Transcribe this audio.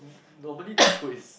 normally food is